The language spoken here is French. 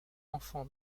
enfants